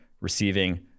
receiving